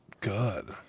good